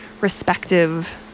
respective